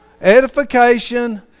Edification